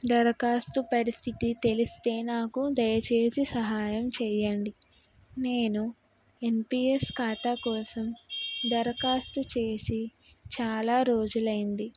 దరఖాస్తు పరిస్థితి తెలిస్తే నాకు దయచేసి సహాయం చెయ్యండి నేను ఎన్పీఎస్ ఖాతా కోసం దరఖాస్తు చేసి చాలా రోజులైంది